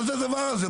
מה זה הדבר הזה?